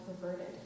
perverted